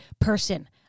person